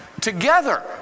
Together